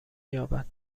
یابد